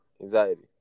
anxiety